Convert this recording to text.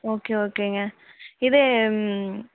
okay ஓகேங்க இது